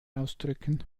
ausdrücken